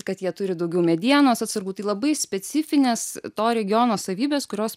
kad jie turi daugiau medienos atsargų tai labai specifinės to regiono savybės kurios